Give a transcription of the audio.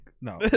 No